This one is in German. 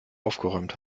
aufgeräumt